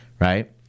right